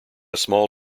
small